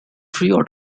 three